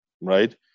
right